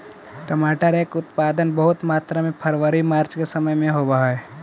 टमाटर के उत्पादन बहुत मात्रा में फरवरी मार्च के समय में होवऽ हइ